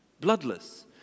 bloodless